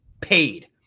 paid